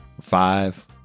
five